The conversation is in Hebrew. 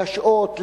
להשעות,